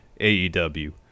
AEW